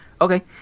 Okay